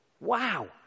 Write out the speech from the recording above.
Wow